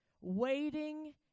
Waiting